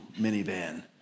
minivan